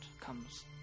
comes